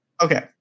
Okay